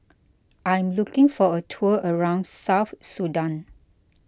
I'm looking for a tour around South Sudan